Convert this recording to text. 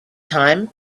time